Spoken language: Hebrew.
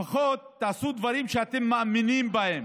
לפחות תעשו דברים שאתם מאמינים בהם.